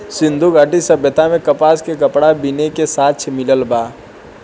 सिंधु घाटी सभ्यता में कपास के कपड़ा बीने के साक्ष्य मिलल बा